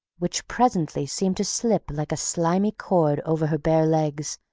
which presently seemed to slip like a slimy cord over her bare legs,